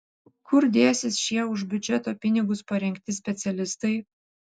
kur dėsis šie už biudžeto pinigus parengti specialistai